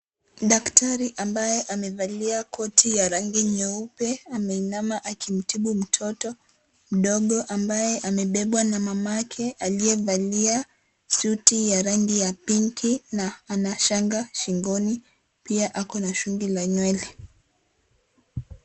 Daktari ambaye amevalia koti ya rangi nyeupe ameinama akimtibu mtoto mdogo ambaye amebebwa na mamake aliyevalia suti ya rangi ya pinki na ana shanga shingoni ,pia ako na shungi la nywele.